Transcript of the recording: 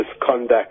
misconduct